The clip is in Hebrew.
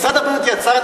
משרד הבריאות יצר,